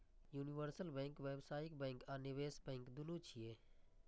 universal bank व्यावसायिक bank आ निवेश बैंक, दुनू छियै